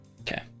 Okay